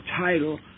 title